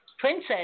Princess